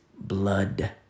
blood